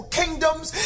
kingdoms